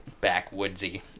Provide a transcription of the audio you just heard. backwoodsy